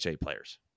players